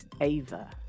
Ava